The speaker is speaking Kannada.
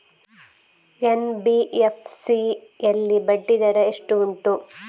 ಎನ್.ಬಿ.ಎಫ್.ಸಿ ಯಲ್ಲಿ ಬಡ್ಡಿ ದರ ಎಷ್ಟು ಉಂಟು?